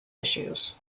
issues